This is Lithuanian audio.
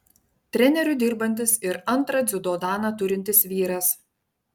treneriu dirbantis ir antrą dziudo daną turintis vyras